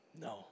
No